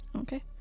okay